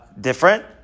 different